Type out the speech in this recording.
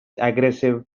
aggressive